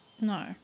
No